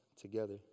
together